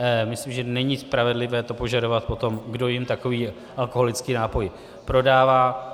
Myslím, že není spravedlivé to požadovat po tom, kdo jim takový alkoholický nápoj prodává.